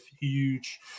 huge